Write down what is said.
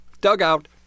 dugout